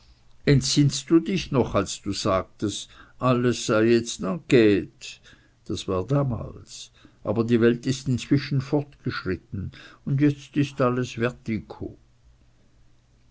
entsinnst du dich noch als du sagtest alles sei jetzt enquete das war damals aber die welt ist inzwischen fortgeschritten und jetzt ist alles